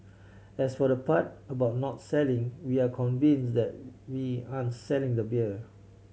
as for the part about not selling we are convinced that we aren't selling the beer